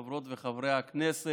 חברות וחברי הכנסת,